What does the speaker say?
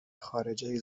خارجه